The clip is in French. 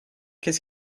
qu’est